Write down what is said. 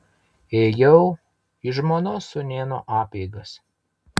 ėjau į žmonos sūnėno apeigas